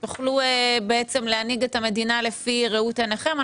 תוכלו בעצם להנהיג את המדינה לפי ראות עיניכם.